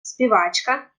співачка